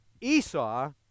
Esau